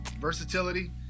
versatility